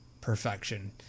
perfection